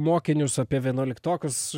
mokinius apie vienuoliktokus